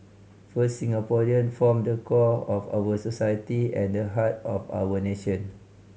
first Singaporean form the core of our society and the heart of our nation